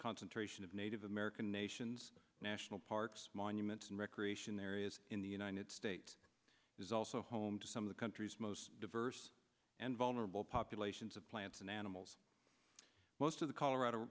concentration of native american nation's national parks monuments and recreation areas in the united state is also home to some of the country's most diverse and vulnerable populations of plants and animals most of the colorado